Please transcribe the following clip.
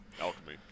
alchemy